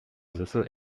sessel